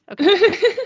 Okay